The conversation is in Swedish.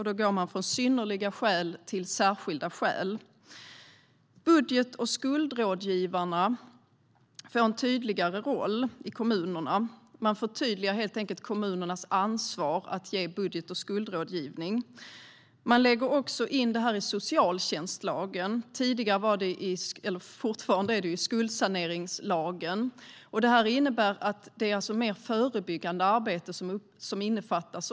Då går man från synnerliga skäl till särskilda skäl. Budget och skuldrådgivarna får en tydligare roll i kommunerna. Man förtydligar helt enkelt kommunernas ansvar att ge budget och skuldrådgivning. Man lägger också in det här i socialtjänstlagen - nu är det i skuldsaneringslagen. Det är alltså mer förebyggande arbete som innefattas.